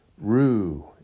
rue